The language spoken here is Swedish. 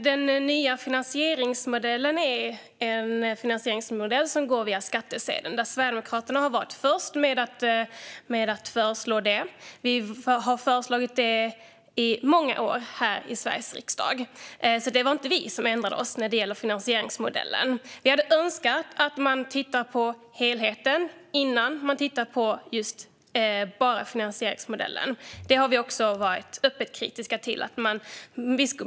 Fru talman! Den nya modellen finansieras via skattsedeln. Sverigedemokraterna var först med att föreslå den formen. Vi lade fram det förslaget under flera år i Sveriges riksdag. Det var inte vi som ändrade oss när det gäller finansieringsmodellen. Vi hade önskat att man hade tittat på helheten innan man tittade bara på finansieringsmodellen. Vi har varit öppet kritiska till den saken.